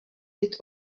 být